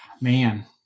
Man